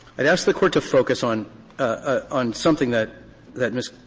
i'd ask the court to focus on ah on something that that ms.